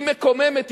היא מקוממת,